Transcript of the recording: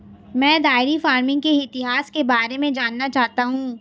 मैं dairy farming के इतिहास के बारे में जानना चाहता हूं